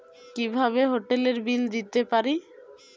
কিভাবে হোটেলের বিল দিতে পারি?